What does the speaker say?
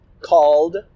called